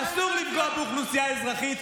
אסור לפגוע באוכלוסייה אזרחית.